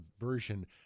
Version